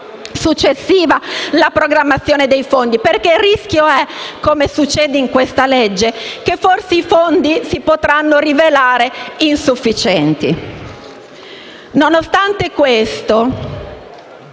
successiva la programmazione dei fondi, perché il rischio - come succede in questa legge - è che forse i fondi si potranno rivelare insufficienti. Nonostante questo